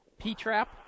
P-trap